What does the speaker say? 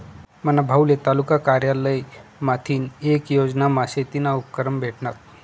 मना भाऊले तालुका कारयालय माथीन येक योजनामा शेतीना उपकरणं भेटनात